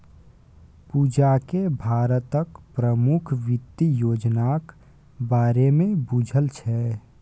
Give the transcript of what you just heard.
पूजाकेँ भारतक प्रमुख वित्त योजनाक बारेमे बुझल छै